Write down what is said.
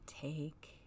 take